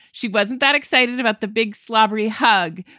she wasn't that excited about the big slobbery hug,